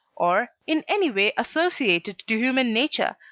or, in any way associated to human nature,